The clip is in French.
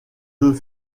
deux